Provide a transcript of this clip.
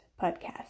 podcast